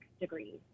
degrees